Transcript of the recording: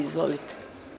Izvolite.